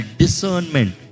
discernment